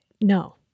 no